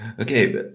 Okay